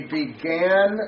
began